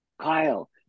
Kyle